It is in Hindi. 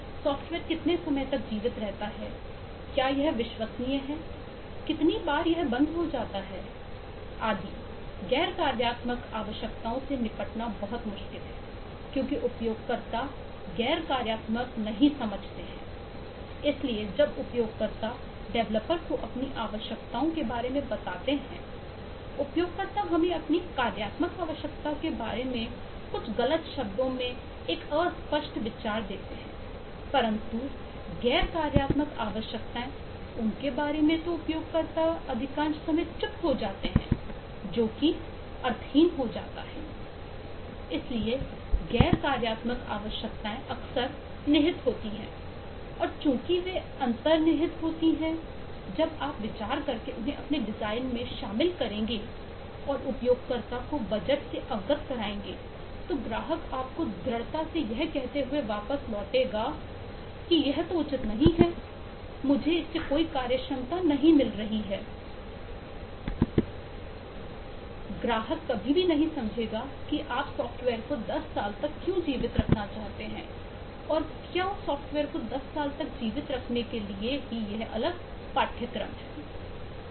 सॉफ्टवेयर कितने समय तक जीवित रहता है क्या यह विश्वसनीय है कितनी बार यह बंद हो जाता है आदि गैर कार्यात्मक आवश्यकताओं से निपटना बहुत मुश्किल है क्योंकि उपयोगकर्ता गैर कार्यात्मक नहीं समझते हैं इसलिए जब उपयोगकर्ता डेवलपर को अपनी आवश्यकताओं के बारे में बताते हैं उपयोगकर्ता हमें अपनी कार्यात्मक आवश्यकता के बारे में कुछ गलत शब्दों में एक स्पष्ट विचार देगा परंतु गैर कार्यात्मक आवश्यकताएं उनके बारे में उपयोग करता अधिकांश समय चुप हो जाता है जोकि अर्थहीन है I इसलिए गैर कार्यात्मक आवश्यकताएं अक्सर निहित होती हैं और चूंकि वे अंतर्निहित होती हैं जब आप विचार करके उन्हें अपने डिजाइन में शामिल करेंगे और उपयोगकर्ता को बजट से अवगत कराएंगे तो ग्राहक आपको दृढ़ता से यह कहते हुए वापस लौटेगा की यहउचित नहीं है मुझे इससे कोई कार्य क्षमता नहीं मिल रही हैI ग्रह की है कभी भी नहीं समझेगा कि आप सॉफ्टवेयर को 10 साल तक क्यों जीवित रखना चाहते हैं और क्यों सॉफ्टवेयर को 10 साल तक जीवित रखने के लिए एक अलग पाठ्यक्रम है